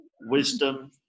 wisdom